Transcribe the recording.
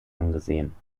angesehen